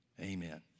amen